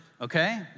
okay